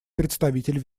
представитель